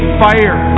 fire